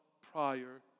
prior